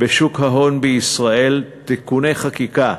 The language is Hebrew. בשוק ההון בישראל (תיקוני חקיקה),